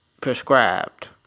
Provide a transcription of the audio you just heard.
prescribed